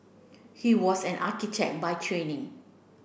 he was an architect by training